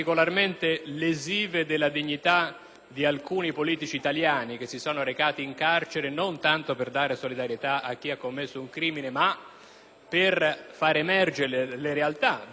di alcuni politici italiani che si sono recati in carcere non già per dare solidarietà a chi ha commesso un crimine, ma per far emergere la realtà delle nostre carceri italiane,